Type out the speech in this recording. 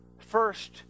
First